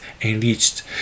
enriched